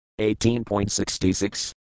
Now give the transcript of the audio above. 18.66